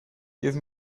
give